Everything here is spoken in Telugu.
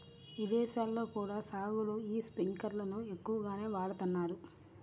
ఇదేశాల్లో కూడా సాగులో యీ స్పింకర్లను ఎక్కువగానే వాడతన్నారు